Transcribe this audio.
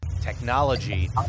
technology